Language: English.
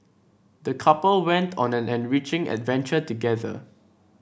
the couple went on an enriching adventure together